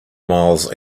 miles